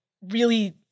really-